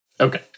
Okay